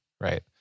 right